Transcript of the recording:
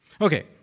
Okay